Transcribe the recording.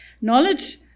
Knowledge